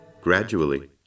gradually